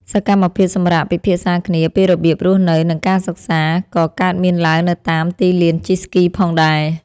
សកម្មភាពសម្រាកពិភាក្សាគ្នាពីរបៀបរស់នៅ និងការសិក្សា ក៏កើតមានឡើងនៅតាមទីលានជិះស្គីផងដែរ។